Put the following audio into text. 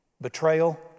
Betrayal